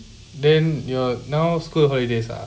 then err now school holidays ah